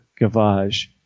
gavage